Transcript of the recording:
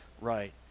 right